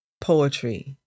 poetry